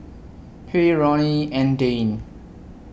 Huy Roni and Dayne